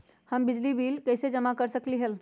हम बिजली के बिल कईसे जमा कर सकली ह?